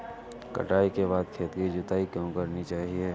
कटाई के बाद खेत की जुताई क्यो करनी चाहिए?